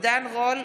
בעד יואל רזבוזוב,